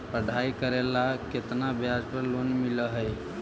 पढाई करेला केतना ब्याज पर लोन मिल हइ?